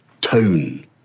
tone